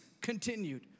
continued